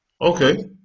Okay